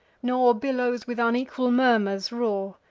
nor billows with unequal murmurs roar,